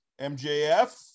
mjf